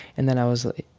and then i was, like,